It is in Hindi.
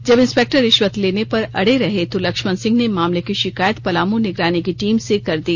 जब इंस्पेक्टर रिश्वत लेने पर अड़े रहे तो लक्ष्मण सिंह ने मामले की शिकायत पलामू निगरानी की टीम से कर दी